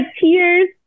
tears